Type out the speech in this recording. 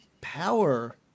power